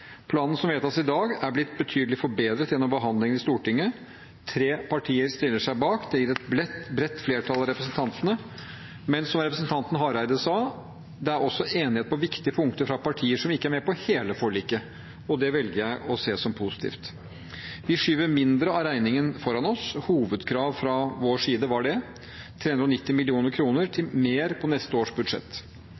Planen som vedtas i dag, er blitt betydelig forbedret gjennom behandlingen i Stortinget. Tre partier stiller seg bak. Det gir et bredt flertall av representantene, men som representanten Hareide sa, er det også enighet på viktige punkter fra partier som ikke er med på hele forliket. Det velger jeg å se på som positivt. Vi skyver mindre av regningen foran oss – det var et hovedkrav fra vår side – 390